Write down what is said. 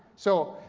so,